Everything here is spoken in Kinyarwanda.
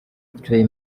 trey